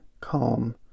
calm